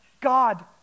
God